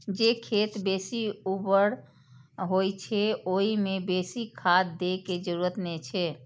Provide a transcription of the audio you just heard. जे खेत बेसी उर्वर होइ छै, ओइ मे बेसी खाद दै के जरूरत नै छै